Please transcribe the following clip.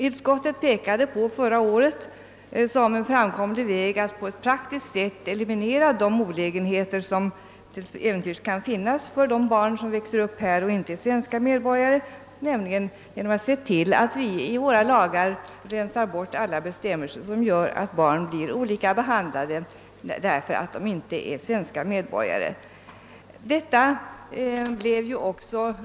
Utskottet anvisade förra året en framkomlig väg att på ett praktiskt sätt eliminera de olägenheter som till äventyrs kan finnas för de barn som växer upp här och inte är svenska medborgare, nämligen att vi i våra lagar skulle rensa bort alla bestämmelser som medför att barn som inte är svenska medborgare blir behandlade på ett annat sätt än de som är det.